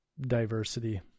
diversity